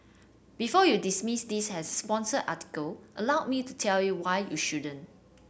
before you dismiss this as a sponsored article allow me to tell you why you shouldn't